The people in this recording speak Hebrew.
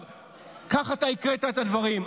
כך אתה קראת את הדברים,